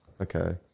Okay